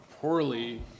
poorly